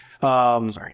Sorry